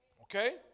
Okay